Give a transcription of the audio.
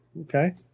Okay